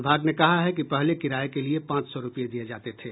विभाग ने कहा है कि पहले किराये के लिए पांच सौ रूपये दिये जाते थे